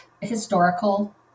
historical